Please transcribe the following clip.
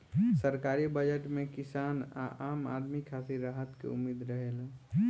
सरकारी बजट में किसान आ आम आदमी खातिर राहत के उम्मीद रहेला